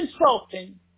insulting